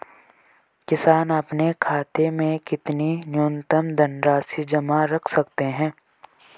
किसान अपने खाते में कितनी न्यूनतम धनराशि जमा रख सकते हैं?